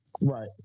Right